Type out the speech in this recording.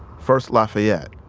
first lafayette,